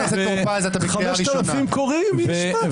5,000 קוראים, מי ישמע.